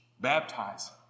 baptize